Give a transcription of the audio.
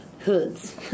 Hoods